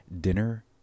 dinner